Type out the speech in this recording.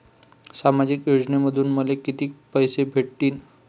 सामाजिक योजनेमंधून मले कितीक पैसे भेटतीनं?